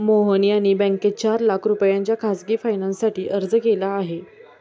मोहन यांनी बँकेत चार लाख रुपयांच्या खासगी फायनान्ससाठी अर्ज केला आहे